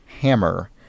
hammer